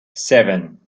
seven